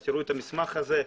אז תראו את המסמך הזה.